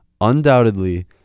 Undoubtedly